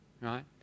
right